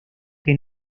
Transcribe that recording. que